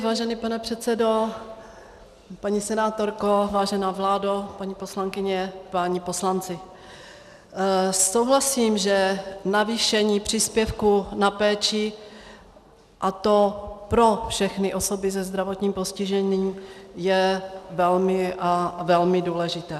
Vážený pane předsedo, paní senátorko, vážená vládo, paní poslankyně, páni poslanci, souhlasím, že navýšení příspěvku na péči, a to pro všechny osoby se zdravotním postižením, je velmi a velmi důležité.